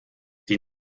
die